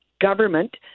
government